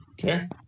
okay